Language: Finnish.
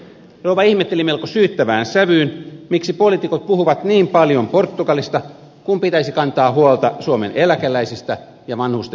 rouva ihmetteli melko syyttävään sävyyn miksi poliitikot puhuvat niin paljon portugalista kun pitäisi kantaa huolta suomen eläkeläisistä ja vanhustenhuollosta